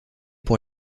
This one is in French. pour